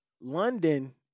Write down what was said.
London